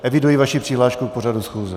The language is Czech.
Eviduji vaši přihlášku k pořadu schůze.